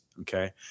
okay